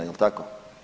Jel' tako?